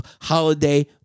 holiday